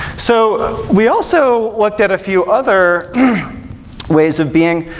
so ah we also looked at a few other ways of being,